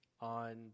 on